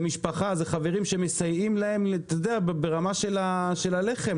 המשפחה והחברים מסייעים להם ברמת הלחם,